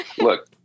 Look